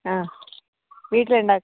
ആഹ് വീട്ടിലുണ്ടാ